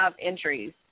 entries